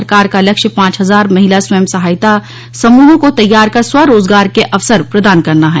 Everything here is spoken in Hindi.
सरकार का लक्ष्य पांच हजार महिला स्वयं सहायता समृहों को तैयार कर स्वरोजगार के अवसर प्रदान करना है